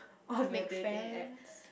make friends